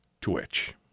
Twitch